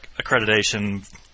accreditation